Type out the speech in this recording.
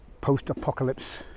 post-apocalypse